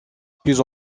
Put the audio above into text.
plus